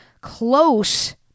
close